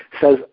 Says